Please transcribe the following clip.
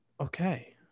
okay